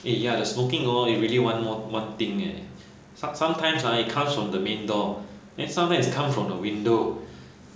eh ya the smoking hor is really one more one thing eh some~ sometimes ha it comes from the main door then sometimes is come from the window